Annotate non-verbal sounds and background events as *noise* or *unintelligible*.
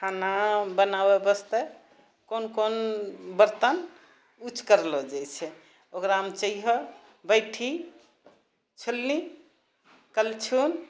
खाना बनाबै वास्ते कोन कोन बर्तन यूज करलो जाइ छै ओकरामे *unintelligible* बैठी छोलनी कलछुल